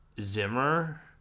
Zimmer